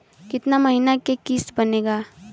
कितना महीना के किस्त बनेगा?